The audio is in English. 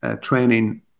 training